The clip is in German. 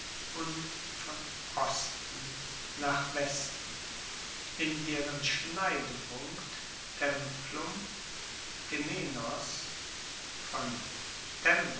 und von osten nach westen in deren schneidepunkt templum von